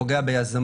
הוא פוגע ביזמות,